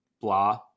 blah